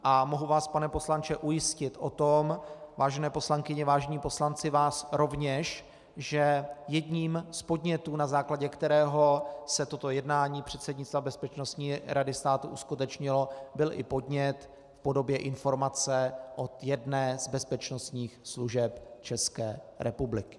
A mohu vás, pane poslanče, ujistit o tom, vážené poslankyně, vážení poslanci, vás rovněž, že jedním z podnětů, na základě kterého se toto jednání předsednictva Bezpečnostní rady státu uskutečnilo, byl i podnět v podobě informace od jedné z bezpečnostních služeb České republiky.